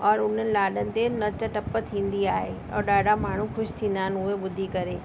और उन्हनि लाॾनि ते नच टप थींदी आहे और ॾाढा माण्हू ख़ुशि थींदा आहिनि उहे ॿुधी करे